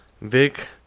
Vic